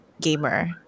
gamer